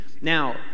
now